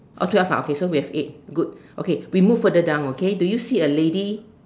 oh twelve ah okay so we have eight good okay we move further down okay do you see a lady